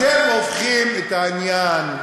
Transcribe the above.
אתם הופכים את העניין,